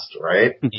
right